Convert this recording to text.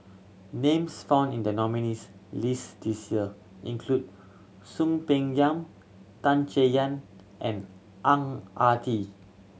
names found in the nominees' list this year include Soon Peng Yam Tan Chay Yan and Ang Ah Tee